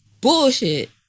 bullshit